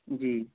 जी